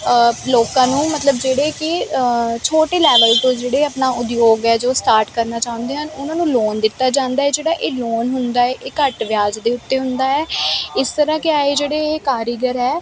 ਲੋਕਾਂ ਨੂੰ ਮਤਲਬ ਜਿਹੜੇ ਕਿ ਛੋਟੇ ਲੈਵਲ ਤੋਂ ਜਿਹੜੇ ਆਪਣਾ ਉਦਿੋਗ ਆ ਜੋ ਸਟਾਰਟ ਕਰਨਾ ਚਾਹੁੰਦੇ ਹਨ ਉਹਨਾਂ ਨੂੰ ਲੋਨ ਦਿੱਤਾ ਜਾਂਦਾ ਜਿਹੜਾ ਇਹ ਲੋਨ ਹੁੰਦਾ ਇਹ ਘੱਟ ਵਿਆਜ ਦੇ ਉੱਤੇ ਹੁੰਦਾ ਹ ਇਸ ਤਰਾਂ ਕਿ ਇਹ ਜਿਹੜੇ ਕਾਰੀਗਰ ਹ